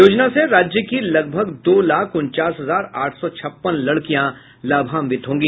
योजना से राज्य की लगभग दो लाख उनचास हजार आठ सौ छप्पन लड़कियां लाभांवित होंगी